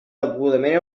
degudament